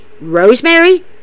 Rosemary